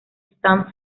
stand